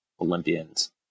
olympians